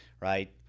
right